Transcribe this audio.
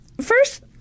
First